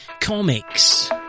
Comics